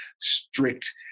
strict